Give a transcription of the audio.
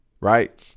Right